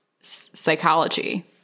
psychology